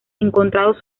encontrados